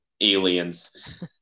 aliens